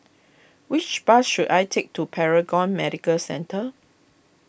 which bus should I take to Paragon Medical Centre